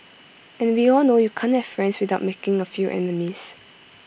and we all know you can't have friends without making A few enemies